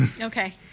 Okay